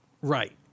Right